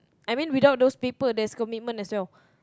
I mean without those paper there's commitment as well